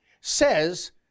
says